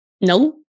no